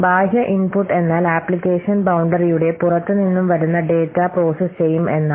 ബാഹ്യ ഇൻപുട്ട് എന്നാൽ ആപ്ലിക്കേഷൻ ബൌണ്ടറിയുടെ പുറത്തു നിന്നും വരുന്ന ഡാറ്റ പ്രോസസ്സ് ചെയ്യും എന്നാണ്